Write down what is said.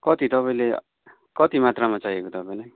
कति तपाईँले कति मात्रामा चाहिएको तपाईँलाई